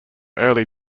early